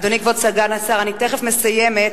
הרב ליצמן,